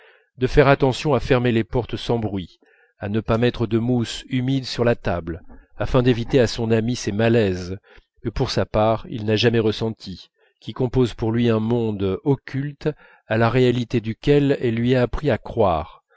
de faire attention à fermer les portes sans bruit à ne pas mettre de mousse humide sur la table afin d'éviter à son amie ces malaises que pour sa part il n'a jamais ressentis qui composent pour lui un monde occulte à la réalité duquel elle lui a appris à croire